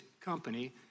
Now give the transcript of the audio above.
company